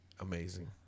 Amazing